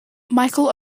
michael